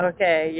Okay